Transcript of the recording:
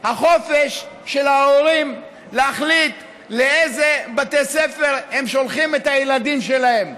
החופש של ההורים להחליט לאיזה בתי ספר הם שולחים את הילדים שלהם.